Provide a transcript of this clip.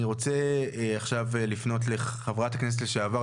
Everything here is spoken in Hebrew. אני רוצה לפנות לחברת הכנסת לשעבר,